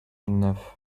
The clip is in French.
neuf